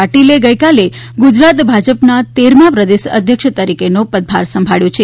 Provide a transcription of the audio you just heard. પાટીલે ગઇકાલે ગુજરાત ભાજપાના તેરમા પ્રદેશ અધ્યક્ષ તરીકેનો પદભાર સંભાળ્યો છે